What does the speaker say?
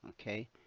okay